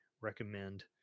recommend